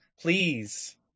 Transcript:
please